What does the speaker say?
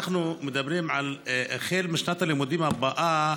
אנחנו מדברים על שהחל משנת הלימודים הבאה,